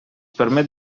permet